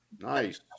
nice